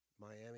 Miami